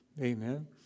Amen